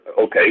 okay